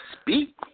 speak